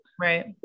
right